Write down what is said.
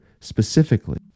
specifically